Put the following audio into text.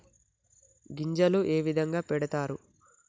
గింజలు ఏ విధంగా పెడతారు?